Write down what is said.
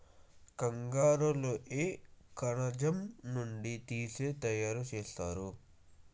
కంగారు లో ఏ కణజాలం నుండి తీసి తయారు చేస్తారు?